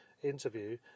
interview